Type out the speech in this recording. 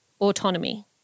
autonomy